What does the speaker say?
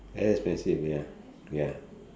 very expensive ya ya